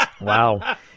Wow